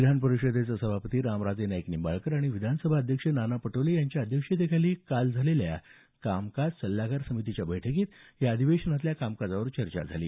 विधान परिषदेचे सभापती रामराजे नाईक निंबाळकर आणि विधानसभा अध्यक्ष नाना पटोले यांच्या अध्यक्षतेखाली झालेल्या काल कामकाज सद्धागार समितीच्या बैठकीत या अधिवेशनातल्या कामकाजावर चर्चा झाली